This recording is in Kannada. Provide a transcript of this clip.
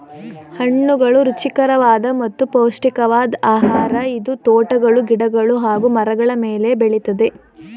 ಹಣ್ಣುಗಳು ರುಚಿಕರವಾದ ಮತ್ತು ಪೌಷ್ಟಿಕವಾದ್ ಆಹಾರ ಇದು ತೋಟಗಳು ಗಿಡಗಳು ಹಾಗೂ ಮರಗಳ ಮೇಲೆ ಬೆಳಿತದೆ